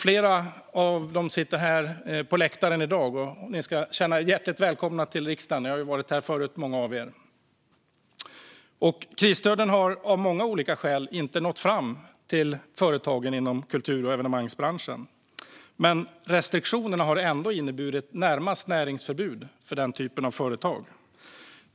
Flera från den branschen sitter på läktaren här i dag. Ni ska känna er hjärtligt välkomna till riksdagen! Många av er har ju varit här förut. Krisstöden har av många olika skäl inte nått fram till företagen inom kultur och evenemangsbranschen, men restriktionerna har ändå inneburit närmast näringsförbud för den typen av företag.